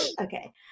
Okay